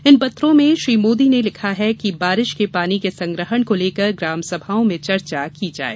इन पत्रों में श्री मोदी ने लिखा है कि बारिश के पानी के संग्रहण को लेकर ग्रामसभाओं में चर्चा की जाये